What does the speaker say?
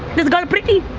this girl pretty.